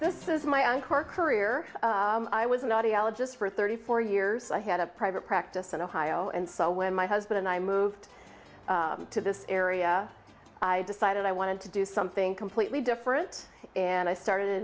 this is my anchor career i was an audiologist for thirty four years i had a private practice in ohio and so when my husband and i moved to this area i decided i wanted to do something completely different and i started